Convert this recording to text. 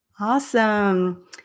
Awesome